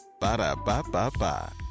Ba-da-ba-ba-ba